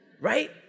right